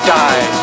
die